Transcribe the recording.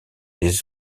les